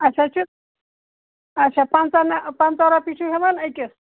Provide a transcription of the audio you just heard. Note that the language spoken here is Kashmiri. اَسہِ حظ چھُ آچھا پنٛژاہ نہ پنٛژاہ رۄپیہِ چھُو ہٮ۪وان أکِس